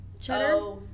cheddar